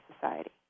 society